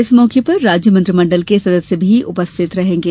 इस मौके पर राज्य मंत्रीमंडल के सदस्य भी उपस्थित रहेंगे